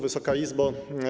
Wysoka Izbo!